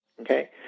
okay